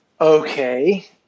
Okay